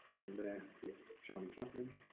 and there is charlie chaplin